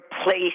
replace